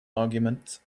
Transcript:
argument